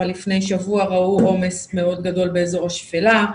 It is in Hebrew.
אבל לפני שבוע ראו עומס מאוד גדול באזור השפלה,